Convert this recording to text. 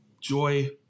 joy